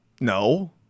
no